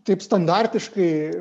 taip standartiškai